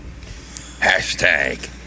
Hashtag